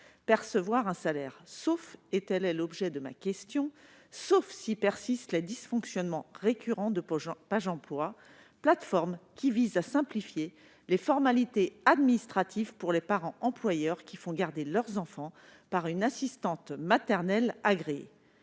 percevoir un salaire, sauf- et tel est l'objet de ma question -si persistent les dysfonctionnements récurrents de Pajemploi, plateforme visant à simplifier les formalités administratives pour les parents employeurs qui confient la garde de leurs enfants à une assistante maternelle agréée.